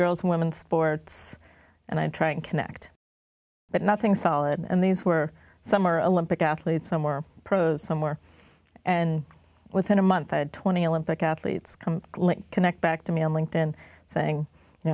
and women sports and i try and connect but nothing solid and these were summer olympic athletes somewhere or somewhere and within a month i had twenty olympic athletes come connect back to me on linked in saying you